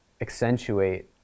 accentuate